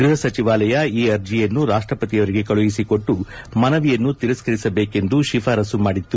ಗೃಹಸಚಿವಾಲಯ ಈ ಅರ್ಜಿಯನ್ನು ರಾಷ್ಟ್ರಪತಿಯವರಿಗೆ ಕಳಿಸಿಕೊಟ್ಟು ಮನವಿಯನ್ನು ತಿರಸ್ಕರಿಸಬೇಕೆಂದು ಶಿಫಾರಸು ಮಾಡಿತ್ತು